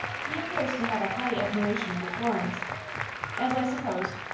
he appears to have a high admiration for florence as i supposed.